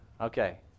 Okay